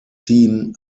team